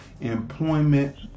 employment